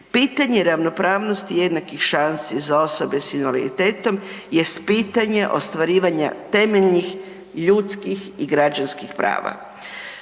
Pitanje ravnopravnosti jednakih šansi za osobe sa invaliditetom jest pitanje ostvarivanja temeljenih ljudskih i građanskih prava.